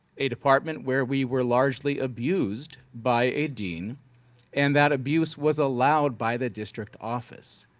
a department where we were largely abused by a dean and that abuse was allowed by the district office.